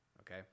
Okay